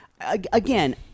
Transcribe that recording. Again